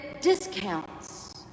discounts